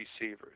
receivers